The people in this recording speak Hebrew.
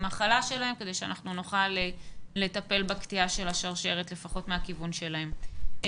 למלונית קליטה במלונית ובסופו של דבר הוא ישב במלונית